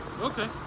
Okay